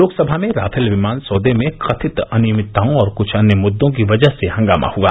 लोकसभा में राफेल विमान सौदे में कथित अनियमितताओं और कुछ अन्य मुद्दों की वजह से हंगामा हुआ